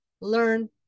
learn